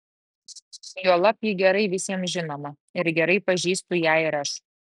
juolab ji gerai visiems žinoma ir gerai pažįstu ją ir aš